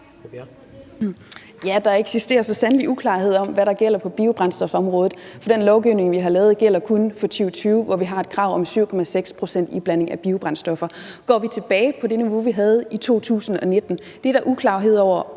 (V): Det eksisterer så sandelig uklarhed om, hvad der gælder på biobrændstofområdet. Den lovgivning, vi har lavet, gælder kun for 2020, hvor vi har et krav om 7,6 pct. iblanding af biobrændstoffer. Går vi tilbage til det niveau, vi havde i 2019? Det er der uklarhed om,